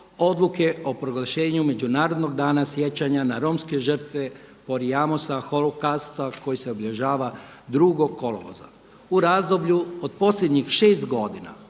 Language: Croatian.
odluke o proglašenju Međunarodnog dana sjećanja na romske žrtve POrjamosa holokausta koji se obilježava 2. kolovoza. U razdoblju od posljednjih šest godina